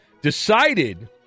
decided